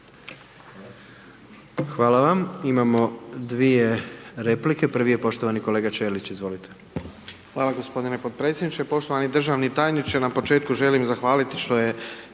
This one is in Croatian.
Hvala vam. Imamo dvije replike, prvi j poštovani kolega Ćelić, izvolite.